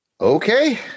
okay